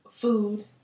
Food